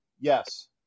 Yes